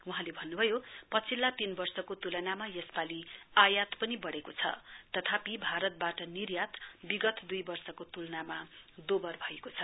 वहौँले भन्नुभयो पछिल्लो तीन वर्षको तुलनामा यसपालि आयात पनि वढ्रेको छ तथापि भारतवाट निर्यात विगत दुइवर्षको तुलनामा दोवर भएको छ